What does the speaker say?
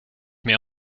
mehr